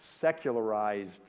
secularized